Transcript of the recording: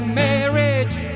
marriage